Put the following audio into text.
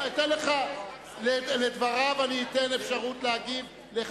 אני אתן אפשרות להגיב על דבריו,